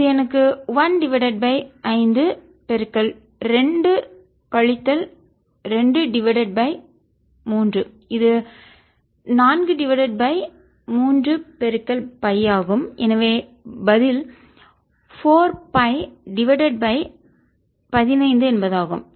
இது எனக்கு 1 divided by ஐந்து 2 கழித்தல் 2 டிவைடட் பை 3 இது 4 டிவைடட் பை 3 ஆகும் எனவே பதில் 4 டிவைடட் பை 15 என்பதாகும்